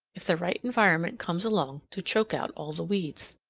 if the right environment comes along to choke out all the weeds.